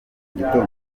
mugitondo